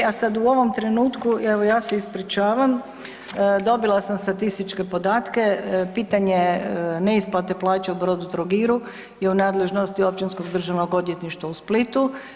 A sada u ovom trenutku evo ja se ispričavam, dobila sam statističke podatke pitanje neisplate plaće u Brodotrogiru je u nadležnosti Općinskog državnog odvjetništva u Splitu.